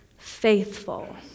faithful